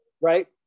Right